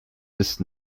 bist